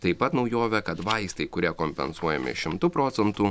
taip pat naujovė kad vaistai kurie kompensuojami šimtu procentų